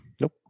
Nope